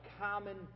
common